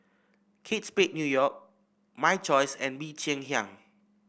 Kate Spade New York My Choice and Bee Cheng Hiang